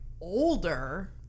older